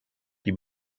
die